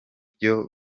byo